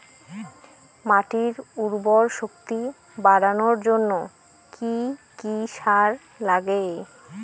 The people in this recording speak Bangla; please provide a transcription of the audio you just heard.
মাটির উর্বর শক্তি বাড়ানোর জন্য কি কি সার লাগে?